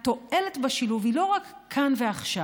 התועלת בשילוב היא לא רק כאן ועכשיו